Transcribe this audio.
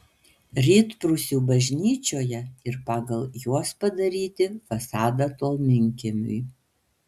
rytprūsių bažnyčioje ir pagal juos padaryti fasadą tolminkiemiui